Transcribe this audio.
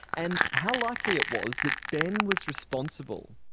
and how likely it was that ben was responsible.